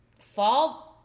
fall